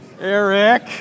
Eric